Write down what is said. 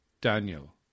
Daniel